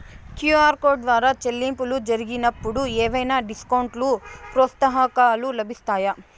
QR code ద్వారా చెల్లింపులు జరిగినప్పుడు ఏవైనా డిస్కౌంట్ లు, ప్రోత్సాహకాలు లభిస్తాయా?